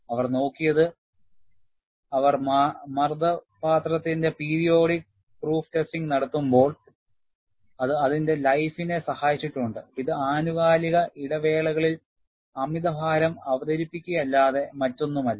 അവർ നോക്കിയത് അവർ മർദ്ദപാത്രത്തിന്റെ പീരിയോഡിക് പ്രൂഫ് ടെസ്റ്റിംഗ് നടത്തുമ്പോൾ അത് അതിന്റെ ലൈഫ് ഇനെ സഹായിച്ചിട്ടുണ്ട് ഇത് ആനുകാലിക ഇടവേളകളിൽ അമിതഭാരം അവതരിപ്പിക്കുകയല്ലാതെ മറ്റൊന്നുമല്ല